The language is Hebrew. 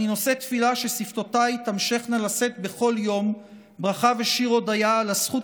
אני נושא תפילה ששפתותיי תמשכנה לשאת בכל יום ברכה ושיר הודיה על הזכות